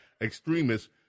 extremists